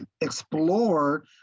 explore